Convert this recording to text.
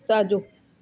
साॼो